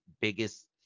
biggest